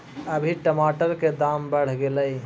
अभी टमाटर के दाम बढ़ गेलइ